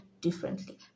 differently